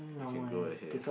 you can go ahead